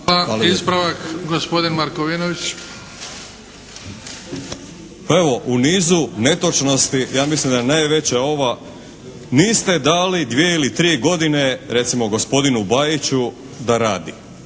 Krunoslav (HDZ)** Pa evo u nizu netočnosti ja mislim da je najveća ova. Niste dali dvije ili tri godine recimo gospodinu Bajiću da radi,